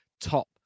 top